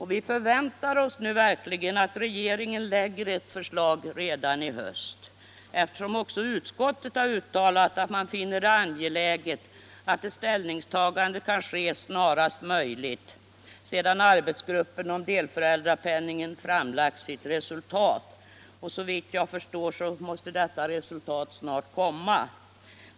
Vi förväntar oss nu verkligen att regeringen lägger fram Torsdagen den ett förslag redan i höst, eftersom också utskottet har uttalat att man 6 maj 1976 finner det angeläget att ett ställningstagande kan ske snarast möjligt sedan I arbetsgruppen om delföräldrapenning framlagt sitt resultat. Såvitt jag för — Föräldraförsäkringstår måste detta resultat snart komma. en m.m.